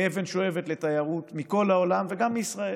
כאבן שואבת לתיירות מכל העולם וגם מישראל.